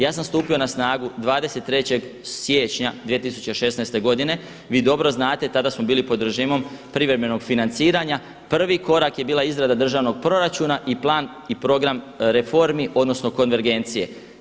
Ja sam stupio na snagu 23. siječnja 2016. godine, vi dobro znate tada smo bili pod režimom privremenog financiranja, prvi korak je bila izrada državnog proračuna i plan i program reformi odnosno konvergencije.